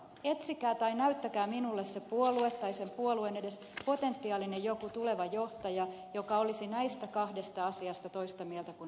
etsikää tai näyttäkää minulle se puolue tai sen puolueen edes joku potentiaalinen tuleva johtaja joka olisi näistä kahdesta asiasta toista mieltä kuin äsken sanoin